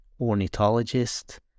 ornithologist